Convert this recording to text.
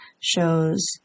shows